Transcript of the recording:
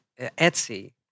Etsy